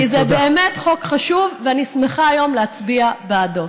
כי זה באמת חוק חשוב, ואני שמחה היום להצביע בעדו.